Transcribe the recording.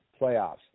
playoffs